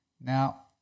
Now